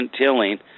tilling